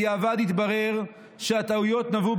בדיעבד התברר שהטעויות נבעו,